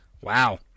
wow